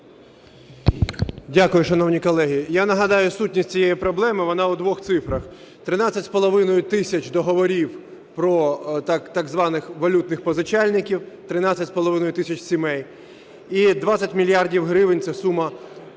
Дякую. Шановні колеги, я нагадаю сутність цієї проблеми, вона у двох цифрах. 13,5 тисяч договорів про так званих валютних позичальників, 13,5 тисяч сімей і 20 мільярдів гривень – це сума